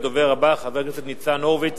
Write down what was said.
הדובר הבא, חבר הכנסת ניצן הורוביץ